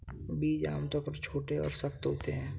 बीज आमतौर पर छोटे और सख्त होते हैं